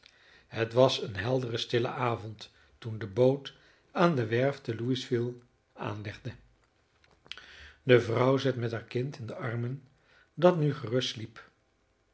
het was een heldere stille avond toen de boot aan de werf te louisville aanlegde de vrouw zat met haar kind in de armen dat nu gerust sliep